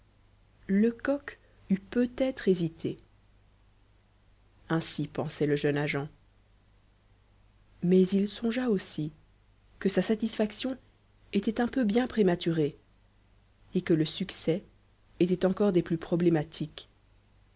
lecoq eût peut-être hésité ainsi pensait le jeune agent mais il songea aussi que sa satisfaction était un peu bien prématurée et que le succès était encore des plus problématiques